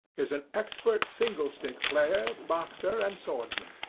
is an expert singlestick player, boxer, and swordsman.